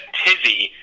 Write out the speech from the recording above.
tizzy